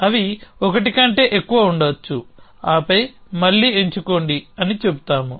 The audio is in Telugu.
అవి ఒకటి కంటే ఎక్కువ ఉండవచ్చు ఆపై మళ్లీ ఎంచుకోండి అని చెబుతాము